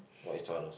what is churros